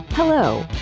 Hello